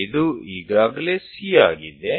P4 P5 અને B અને એ રીતે